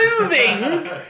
moving